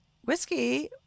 whiskey